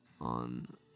on